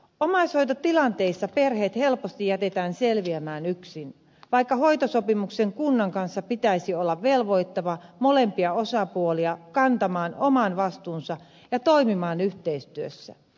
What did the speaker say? omaishoitotilanteissa perheet helposti jätetään selviämään yksin vaikka hoitosopimuksen kunnan kanssa pitäisi olla molempia osapuolia velvoittava kantamaan oman vastuunsa ja toimimaan yhteistyössä